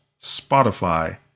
Spotify